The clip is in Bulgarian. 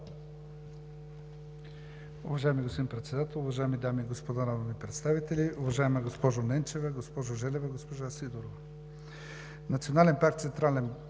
Уважаеми господин Председател, уважаеми дами и господа народни представители! Уважаема госпожо Ненчева, госпожо Желева, госпожо Сидорова, Национален парк „Централен Балкан“